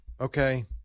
Okay